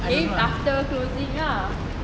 maybe after closing ah